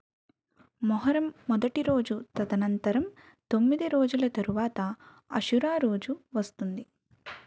మొహరం మొదటి రోజు తదనంతరం తొమ్మిది రోజుల తర్వాత అశురా రోజు వస్తుంది